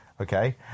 okay